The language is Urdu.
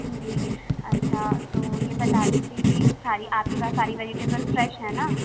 جی اچھا تو یہ بتا دیجیے کہ ساری آپ کے پاس ساری ویجٹیبل فریش ہیں نا